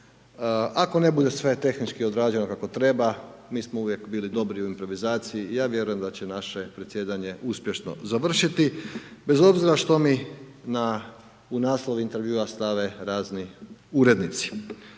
ako ne bude sve tehnički odrađeno kako treba, mi smo uvijek bili dobri u improvizaciji, ja vjerujem da će naše predsjedanje uspješno završiti, bez obzira što mi na, u naslov intervjua stave razni urednici.